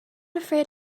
afraid